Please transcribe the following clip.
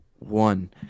one